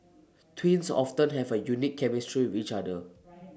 twins often have A unique chemistry each other